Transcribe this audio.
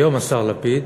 היום השר לפיד